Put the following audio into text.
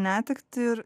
netektį ir